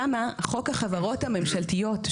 שם חוק החברות הממשלתיות,